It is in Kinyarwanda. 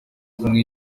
umwe